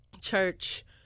Church